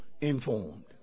Informed